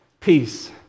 peace